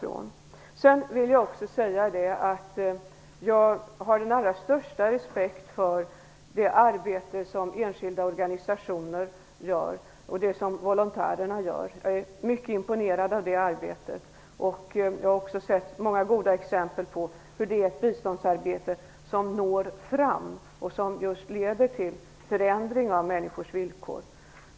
Jag vill också säga att jag har den allra största respekt för det arbete som enskilda organisationer gör och det som volontärerna gör; jag är mycket imponerad av det arbetet. Jag har också sett många goda exempel på att detta är ett biståndsarbete som når fram och leder just till förändringar av människors villkor.